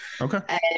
Okay